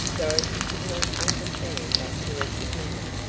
dorothy could not understand that caressing manner.